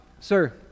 Sir